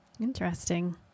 Interesting